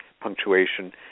punctuation